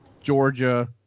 Georgia